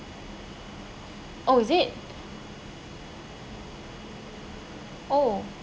oh is it oh